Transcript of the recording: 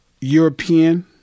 european